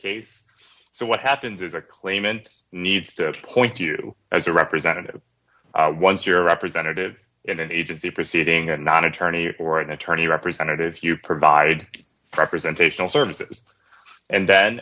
case so what happens is a claimant needs to appoint you as a representative once your representative in an agency proceeding and not attorney or an attorney representative you provide representation services and then